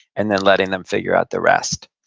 and then letting them figure out the rest.